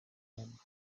him